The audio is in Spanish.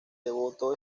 devoto